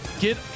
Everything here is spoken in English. Get